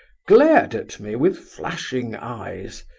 glared at me with flashing eyes.